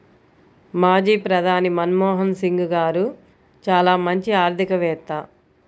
మాజీ ప్రధాని మన్మోహన్ సింగ్ గారు చాలా మంచి ఆర్థికవేత్త